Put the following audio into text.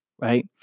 right